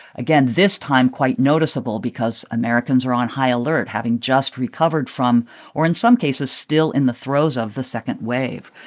again, this time quite noticeable because americans are on high alert having just recovered from or, in some cases, still in the throes of the second wave.